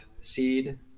seed